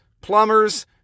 plumbers